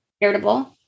irritable